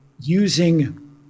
using